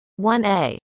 1a